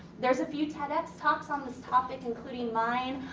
there's a few tedx ah talks on this topic including mine.